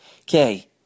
okay